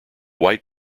white